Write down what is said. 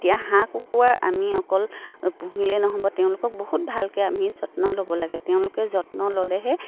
এতিয়া হাঁহ কুকুৰাৰ আমি অকল পুহিলেই নহ'ব তেওঁলোকক বহুত ভালকে আমি যত্ন ল'ব লাগে তেওঁলোকে যত্ন ল'লেহে